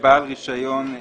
יש רק בגמ"ח המרכזי.